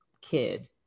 kid